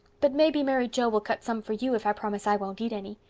but maybe mary joe will cut some for you if i promise i won't eat any.